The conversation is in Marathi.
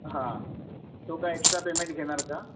हां तो काय एक्स्ट्रा पेमेंट घेणार का